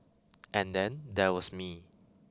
and then there was me